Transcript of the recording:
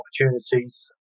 opportunities